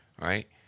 right